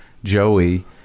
Joey